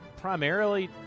primarily